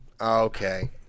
Okay